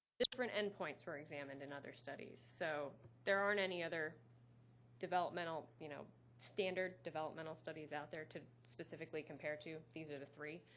different endpoints were examined in other studies. so there aren't any other developmental you know standard developmental studies out there to specifically compare to these are the three.